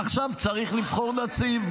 עכשיו צריך לבחור נציב,